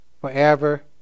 forever